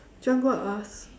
do you want to go out and ask